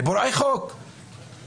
לפורעי חוק ולישיבה.